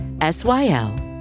S-Y-L